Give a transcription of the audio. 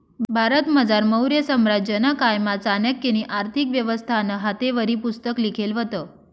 भारतमझार मौर्य साम्राज्यना कायमा चाणक्यनी आर्थिक व्यवस्थानं हातेवरी पुस्तक लिखेल व्हतं